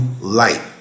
light